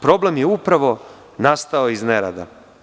Problem je upravo nastao iz nerada.